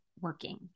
working